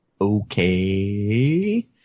okay